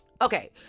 Okay